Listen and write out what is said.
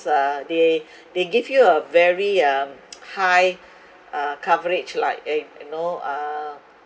uh they they give you a very um high uh coverage lah uh you know uh